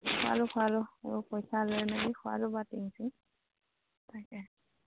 খোৱালো খোৱালো এইবোৰ পইচা লৈ মেলি খুৱালো বাৰু টিং চিং তাকে